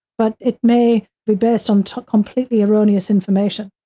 but it may be based on completely erroneous information,